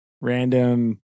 random